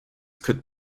could